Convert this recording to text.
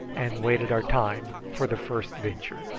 and waited our time for the first venture.